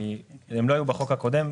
כי הם לא היו בחוק הקודם,